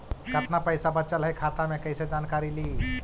कतना पैसा बचल है खाता मे कैसे जानकारी ली?